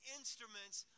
instruments